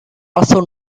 also